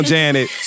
Janet